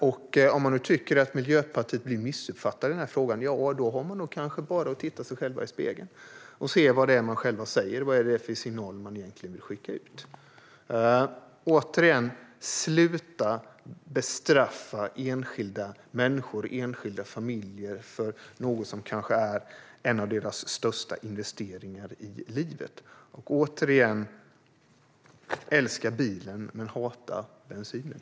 Om man nu tycker att Miljöpartiet blir missuppfattat i denna fråga har man nog bara att titta sig själv i spegeln och se vad det är man själv säger. Vad är det för signal man egentligen vill skicka ut? Återigen: Sluta bestraffa enskilda människor och enskilda familjer för något som kanske är en av deras största investeringar i livet! Och återigen: Älska bilen men hata bensinen!